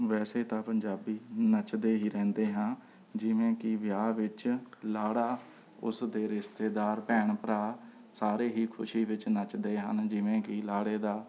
ਵੈਸੇ ਤਾਂ ਪੰਜਾਬੀ ਨੱਚਦੇ ਹੀ ਰਹਿੰਦੇ ਹਾਂ ਜਿਵੇਂ ਕਿ ਵਿਆਹ ਵਿੱਚ ਲਾੜਾ ਉਸ ਦੇ ਰਿਸ਼ਤੇਦਾਰ ਭੈਣ ਭਰਾ ਸਾਰੇ ਹੀ ਖੁਸ਼ੀ ਵਿੱਚ ਨੱਚਦੇ ਹਨ ਜਿਵੇਂ ਕਿ ਲਾੜੇ ਦਾ